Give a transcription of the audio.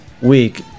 week